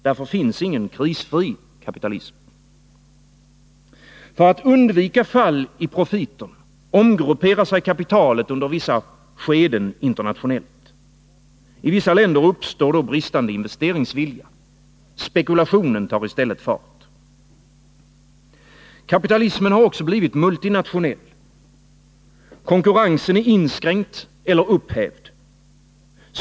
Därför finns ingen krisfri kapitalism. För att undvika fall i profiterna omgrupperar sig kapitalet i vissa skeden internationellt. I vissa länder uppstår då bristande investeringsvilja. Spekulationen tar i stället fart. Kapitalismen har också blivit multinationell. Konkurrensen är inskränkt eller upphävd.